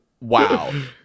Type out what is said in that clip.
Wow